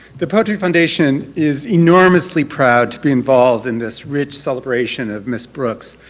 the poetry foundation is enormously proud to be involved in this rich celebration of miss brooks.